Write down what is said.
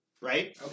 Right